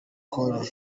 col